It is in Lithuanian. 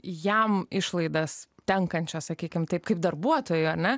jam išlaidas tenkančias sakykime taip kaip darbuotojo na